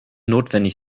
notwendig